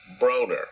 Broner